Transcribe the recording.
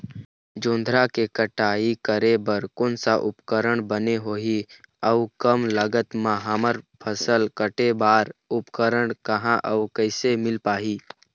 जोंधरा के कटाई करें बर कोन सा उपकरण बने होही अऊ कम लागत मा हमर फसल कटेल बार उपकरण कहा अउ कैसे मील पाही?